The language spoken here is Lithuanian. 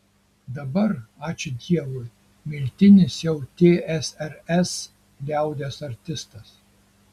dabar ačiū dievui miltinis jau tsrs liaudies artistas